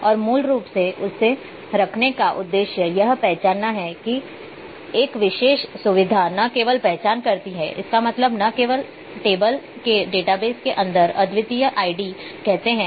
और मूल रूप से इसे रखने का उद्देश्य यह पहचानना है कि एक विशेष सुविधा न केवल पहचान करती है इसका मतलब है न केवल आप टेबल के डेटाबेस के अंदर अद्वितीय आईडी कहते रहते हैं